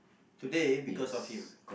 today because of him